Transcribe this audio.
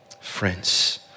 Friends